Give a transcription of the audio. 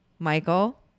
Michael